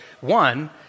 one